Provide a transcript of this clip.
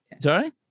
sorry